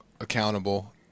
accountable